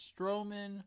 Strowman